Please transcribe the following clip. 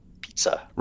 pizza